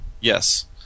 Yes